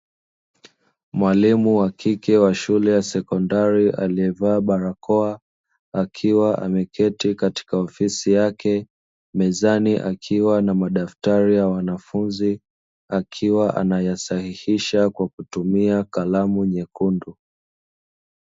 Mwalimu wakike wa shule ya sekondari, alievaa barakoa akiwa ameketi katika ofisi yake, mezani akiwa na madaftari ya wanafunzi akiwa anayasahihisha kwa kutumia kalamu nyekundu.